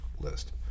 list